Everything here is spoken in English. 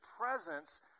presence